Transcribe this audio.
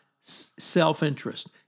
self-interest